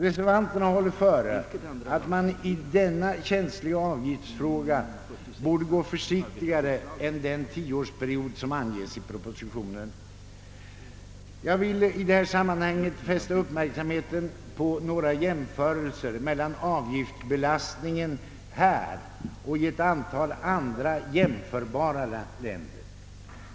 Reservanterna anser att man i denna känsliga avgiftsfråga borde ha gått försiktigare fram. Jag vill i detta sammanhang fästa uppmärksamheten på några jämförelser mellan avgiftsbelastningen här och i ett antal andra jämförbara länder.